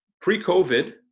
pre-COVID